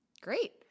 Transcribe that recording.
Great